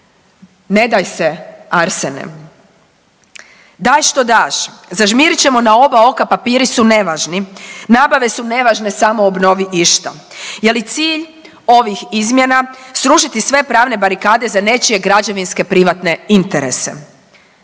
ne daj se Arsene. Daj što daš, zažmirit ćemo na oba oka papiri su nevažni, nabave su nevažne samo obnovi išta. Je li cilj ovih izmjena srušiti sve pravne barikade za nečije građevinske privatne interese?